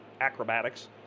acrobatics